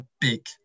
big